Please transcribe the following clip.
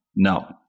No